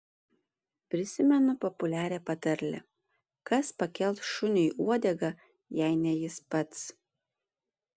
prisimenu populiarią patarlę kas pakels šuniui uodegą jei ne jis pats